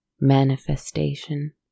manifestation